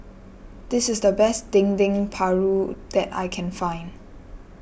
this is the best Dendeng Paru that I can find